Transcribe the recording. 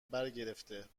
برگرفته